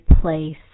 place